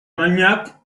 maniaque